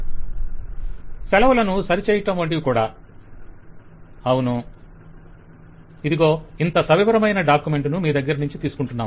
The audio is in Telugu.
వెండర్ సెలవులను సరిచేయటం వంటివి కుడా క్లయింట్ అవును వెండర్ ఇదిగో ఇంత సవివరమైన డాక్యుమెంట్ ను మీ దగ్గరనుంచి తీసుకుంటాం